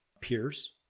peers